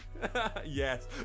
yes